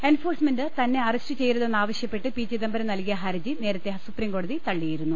enforcement തന്നെ arrest ചെയ്യരുതെന്നാവ ശ്യപ്പെട്ട് പി ച്ചിദംബരം നൽകിയ ഹർജി നേരത്തെ സുപ്രീംകോ ടതി തള്ളിയിരുന്നു